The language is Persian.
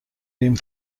ریم